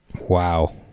Wow